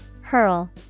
Hurl